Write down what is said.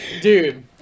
dude